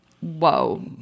Whoa